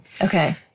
Okay